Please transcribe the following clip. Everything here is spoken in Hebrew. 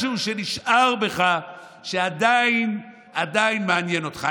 משהו שנשאר בך שעדיין, עדיין מעניין אותך?